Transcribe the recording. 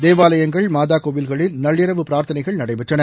தேவாலயங்கள் மாதா கோவில்களில் நள்ளிரவு பிராா்த்தனைகள் நடைபெற்றன